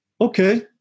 Okay